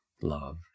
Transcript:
love